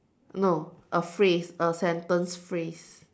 no a phrase a sentence phrase